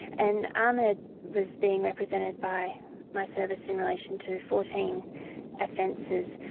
and ahmed was being represented by my service in relation to fourteen offences,